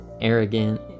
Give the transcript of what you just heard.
arrogant